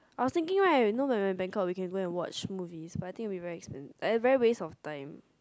I was thinking right when you know when we are in Bangkok we can go watch movies but I think it's very expen~ it's very waste of time